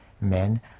men